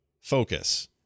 focus